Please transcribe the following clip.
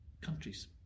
countries